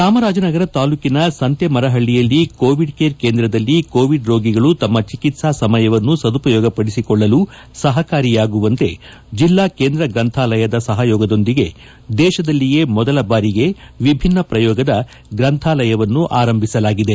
ಚಾಮರಾಜನಗರ ತಾಲ್ಲೂಕಿನ ಸಂತೇಮರಹಳ್ಳಯಲ್ಲಿ Covid care ಕೇಂದ್ರದಲ್ಲಿ ಕೋವಿಡ್ ರೋಗಿಗಳು ತಮ್ನ ಚಿಕಿತ್ಸಾ ಸಮಯವನ್ನು ಸದುಪಯೋಗಪಡಿಸಿಕೊಳ್ಳಲು ಸಹಕಾರಿಯಾಗುವಂತೆ ಜಿಲ್ಲಾ ಕೇಂದ್ರ ಗ್ರಂಥಾಲಯದ ಸಹಯೋಗದೊಂದಿಗೆ ದೇಶದಲ್ಲಿಯೇ ಮೊದಲ ಬಾರಿಗೆ ವಿಭಿನ್ನ ಶ್ರಯೋಗದ ಗ್ರಂಥಾಲಯವನ್ನು ಆರಂಭಿಸಲಾಗಿದೆ